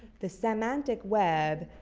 the semantic web.